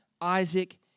Isaac